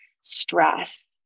stress